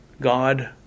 God